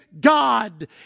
God